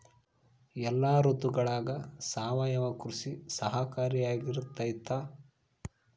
ಎಲ್ಲ ಋತುಗಳಗ ಸಾವಯವ ಕೃಷಿ ಸಹಕಾರಿಯಾಗಿರ್ತೈತಾ?